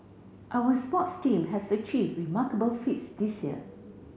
our sports team has achieved remarkable feats this year